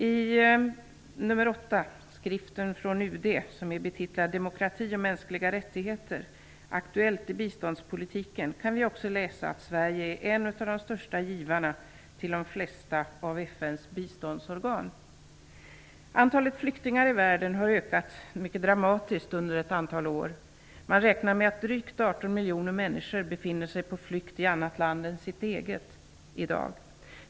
I nr 8 av den av UD utgivna skriften Aktuellt i båståndspolitiken, betitlad ''Demokrati och mänskliga rättigheter'', kan vi också läsa att Sverige är en av de största givarna till de flesta av FN:s biståndsorgan. Antalet flyktingar i världen har ökat mycket dramatiskt under ett antal år. Man räknar med att drygt 18 miljoner människor befinner sig på flykt i annat land än sitt eget i dag.